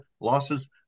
losses